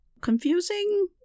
Confusing